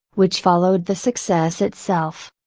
which followed the success itself.